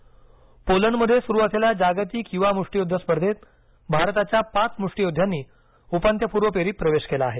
मुष्टीयुद्ध पोलंडमध्ये सुरू असलेल्या जागतिक युवा मुष्टियुद्ध स्पर्धेत भारताच्या पाच मुष्टीयोद्ध्यांनी उपांत्य पूर्व फेरीत प्रवेश केला आहे